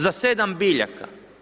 Za 7 biljaka.